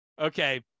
Okay